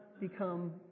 become